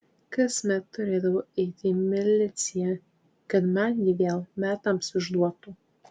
kasmet turėdavau eiti į miliciją kad man jį vėl metams išduotų